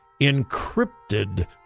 encrypted